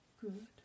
good